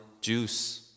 juice